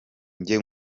njye